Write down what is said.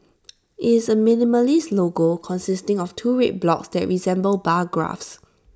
IT is A minimalist logo consisting of two red blocks that resemble bar graphs